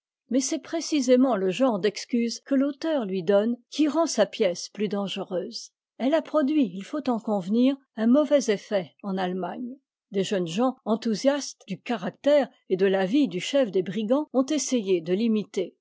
mais c'est précisément le genre d'excuse que l'auteur lui donne qui rend sa pièce plus dangereuse elle a produit il faut en convenir un mauvais effet en allemagne des jeunes gens enthousiastes du caractère et de la vie du chef des brigands ont essayé de l'imiter